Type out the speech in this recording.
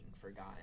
forgotten